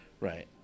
right